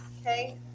okay